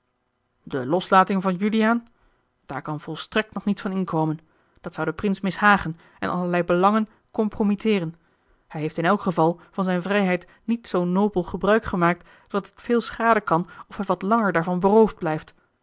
de loslating van juliaan daar kan volstrekt nog niets van inkomen dat zou den prins mishagen en allerlei belangen compromitteeren hij heeft in elk geval van zijne vrijheid niet zoo'n nobel gebruik gemaakt dat het veel schaden kan of hij wat langer daarvan beroofd blijft